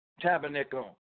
Tabernacle